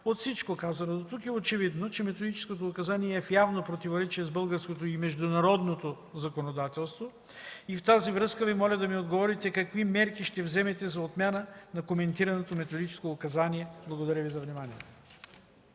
От всичко казано дотук е очевидно, че Методическото указание е в явно противоречие с българското и международното законодателство и в тази връзка Ви моля да ми отговорите: какви мерки ще вземете за отмяна на коментираното Методическо указание. Благодаря Ви за вниманието.